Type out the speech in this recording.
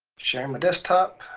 sharing my desktop,